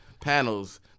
panels